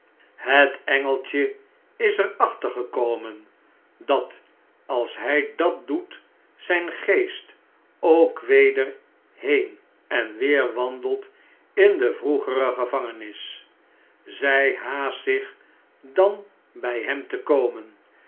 het engeltje is er achter gekomen dat als hij dat doet zjjn geest ook weder heen en weer wandelt in de vroegere gevangenis zjj haast zich dan by hem te komen